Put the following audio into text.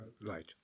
light